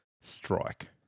strike